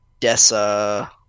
Dessa